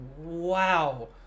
Wow